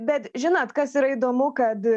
bet žinot kas yra įdomu kad